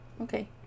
Okay